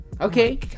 Okay